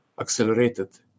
accelerated